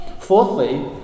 Fourthly